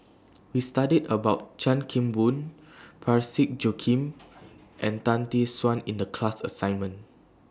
We studied about Chan Kim Boon Parsick Joaquim and Tan Tee Suan in The class assignment